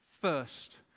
first